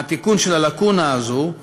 תיקון של הלקונה הזו,